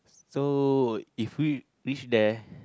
so if you live there